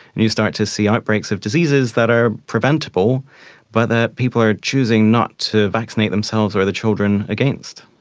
and you start to see outbreaks of diseases that are preventable by the people who are choosing not to vaccinate themselves or the children against.